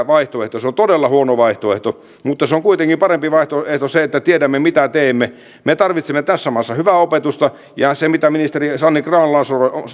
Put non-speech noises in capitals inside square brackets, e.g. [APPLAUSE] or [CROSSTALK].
[UNINTELLIGIBLE] vaihtoehto se on todella huono vaihtoehto mutta se on kuitenkin parempi vaihtoehto että tiedämme mitä teemme me tarvitsemme tässä maassa hyvää opetusta ministeri sanni grahn